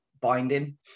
binding